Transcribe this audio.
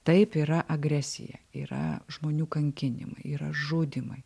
taip yra agresija yra žmonių kankinimai yra žudymai